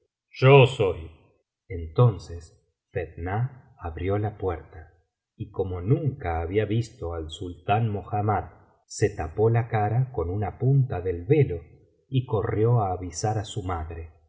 yo soy entonces fetnah abrió la puerta y como nunca había visto al sultán mohammad se tapó la cara con una punta del velo y corrió á avisar á su madre